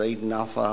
סעיד נפאע